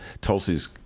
Tulsi's